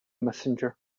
messenger